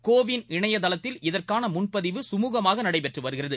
CoWIN இணைய தளத்தில் இதற்கான முன்பதிவு சுமூகமாக நடைபெற்று வருகிறது